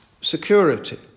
security